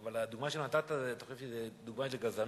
אבל הדוגמה שנתת, אתה חושב שזאת דוגמה לגזענות?